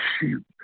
Shoot